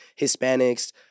Hispanics